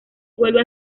vuelve